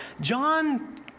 John